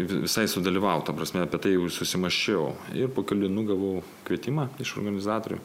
visai sudalyvaut ta prasme apie tai jau susimąsčiau ir po kelių dienų gavau kvietimą iš organizatorių